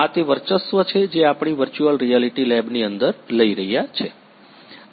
આ તે વર્ચસ્વ છે જે આપણી વર્ચુઅલ રિયાલિટી લેબની અંદર લઈ રહ્યા છે